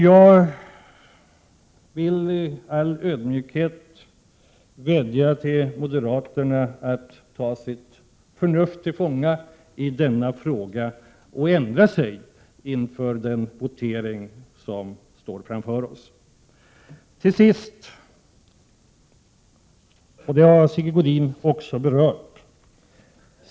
Jag vill i all ödmjukhet vädja till moderaterna att ta sitt förnuft till fånga i denna fråga och ändra sig inför den kommande voteringen. Till sist vill jag ta upp en fråga som Sigge Godin också berörde.